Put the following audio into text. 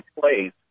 place